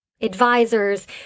advisors